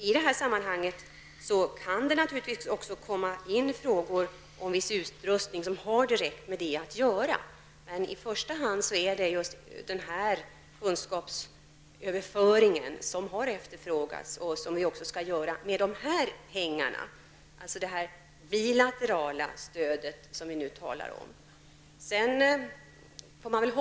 I detta sammanhang kan det naturligtvis också komma in frågor om viss utrustning som har direkt med det att göra. Men i första hand är det just kunskapsöverföringen som har efterfrågats och som vi också skall genomföra med dessa pengar, det bilaterala stöd vi nu talar om.